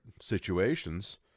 situations